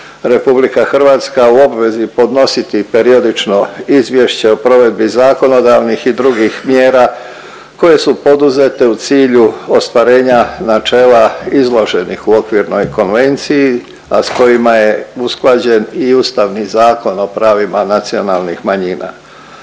Vijeća Europe RH u obvezi podnositi periodično izvješće o provedbi zakonodavnih i drugih mjera koje su poduzete u cilju ostvarenja načela izloženih u Okvirnoj konvenciji, a s kojima je usklađen i Ustavni zakon o pravima nacionalnih manjina.